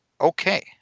Okay